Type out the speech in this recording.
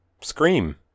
Scream